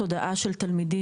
אז פועלים על מנת לשנות תודעה.